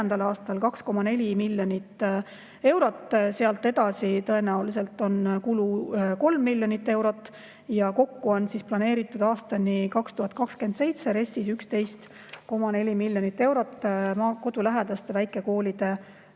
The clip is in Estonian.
aastal 2,4 miljonit eurot. Sealt edasi tõenäoliselt on kulu 3 miljonit eurot ja kokku on planeeritud aastani 2027 RES-is 11,4 miljonit eurot maakodulähedaste väikekoolide